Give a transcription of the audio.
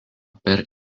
per